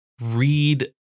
read